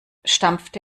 stampfte